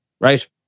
right